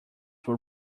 were